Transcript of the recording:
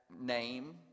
name